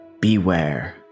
beware